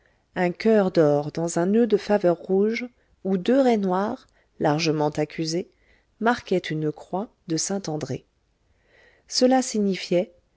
un coeur d'or dans un noeud de faveurs rouges où deux raies noires largement accusées marquaient une croix de saint-andré cela signifiait